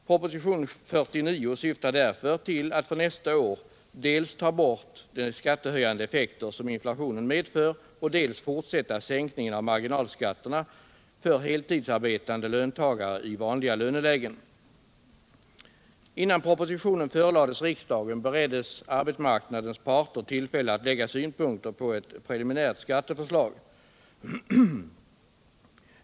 Propositionen 49 syftar därför till att för nästa år dels ta bort de skattehöjande effekter som inflationen medför, dels fortsätta sänkningen av marginalskatterna för heltidsarbetande löntagare i vanliga lönelägen. Innan propositionen förelades riksdagen bereddes arbetsmarknadens parter tillfälle att lägga synpunker på ett preliminärt skatteförslag.